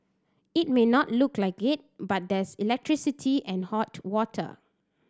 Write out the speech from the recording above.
it may not look like it but there's electricity and hot water